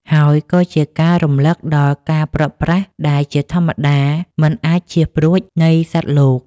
ហើយក៏ជាការរំលឹកដល់ការព្រាត់ប្រាសដែលជាធម្មជាតិមិនអាចចៀសរួចនៃសត្វលោក។